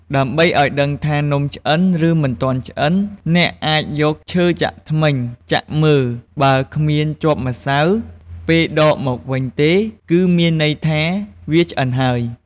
ដើម្បីឱ្យដឹងថានំឆ្អិន ឬ មិនទាន់ឆ្អិន អ្នកអាចយកឈើចាក់ធ្មេញចាក់មើល បើគ្មានជាប់ម្សៅ ពេលដកមកវិញទេ គឺមានន័យថា វាឆ្អិនហើយ។